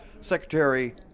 Secretary